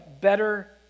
better